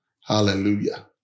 Hallelujah